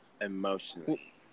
emotionally